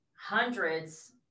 hundreds